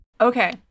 Okay